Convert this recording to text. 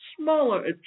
smaller